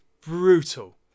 brutal